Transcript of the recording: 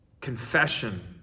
confession